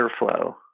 airflow